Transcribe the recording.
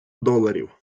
доларів